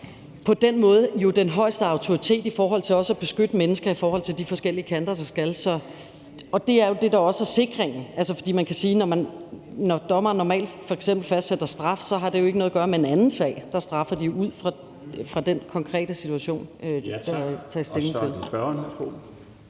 på den måde har den højeste autoritet i forhold til også at beskytte mennesker mod de forskellige kanter, de skal beskyttes mod. Det er jo det, der også er sikringen. For man kan sige, at når dommere normalt f.eks. fastsætter straf, har det jo ikke noget at gøre med en anden sag. Der straffer de ud fra den konkrete situation, der tages stilling til.